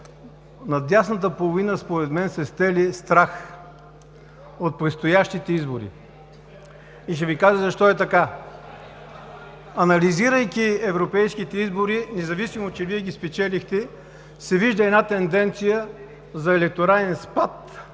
над дясната половина се стели страх от предстоящите избори и ще Ви кажа защо е така. Анализирайки европейските избори, независимо, че Вие ги спечелихте, се вижда една тенденция за електорален спад